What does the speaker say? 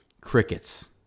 Crickets